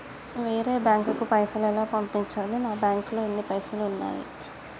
వేరే బ్యాంకుకు పైసలు ఎలా పంపించాలి? నా బ్యాంకులో ఎన్ని పైసలు ఉన్నాయి?